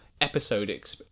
episode